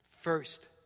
First